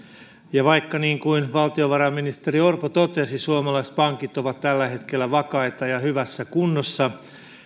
vaikka niin kuin valtiovarainministeri orpo totesi suomalaiset pankit ovat tällä hetkellä vakaita ja hyvässä kunnossa